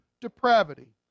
depravity